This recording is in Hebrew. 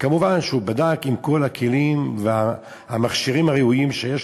וכמובן שהוא בדק עם כל הכלים והמכשירים הראויים שיש,